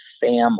family